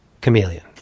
Chameleon